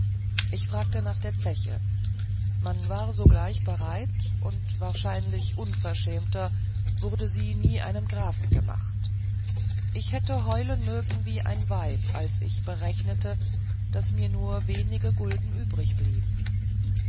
ich fragte nach der zeche man war sogleich bereit und wahrlich unverschämter wurde sie nie einem grafen gemacht ich hätte heulen mögen wie ein weib als ich berechnete daß mir nur wenige gulden